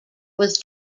was